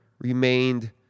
remained